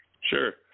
Sure